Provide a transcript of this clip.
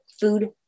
food